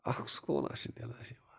اَکھ سکوٗنا چھُ دِلس یِوان